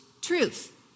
truth